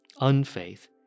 Unfaith